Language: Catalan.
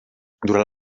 durant